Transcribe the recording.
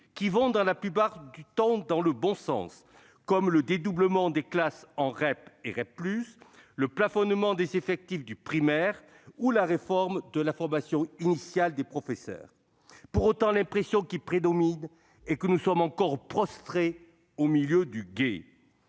qui vont pour la plupart dans le bon sens, comme le dédoublement des classes en REP et REP+, le plafonnement des effectifs du primaire ou la réforme de la formation initiale des professeurs. Pour autant, l'impression qui prédomine est que nous sommes encore prostrés au milieu du gué.